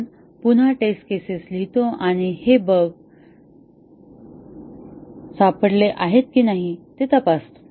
आपण पुन्हा test cases चालवतो आणि हे बगपकडले आहे की नाही ते तपासतो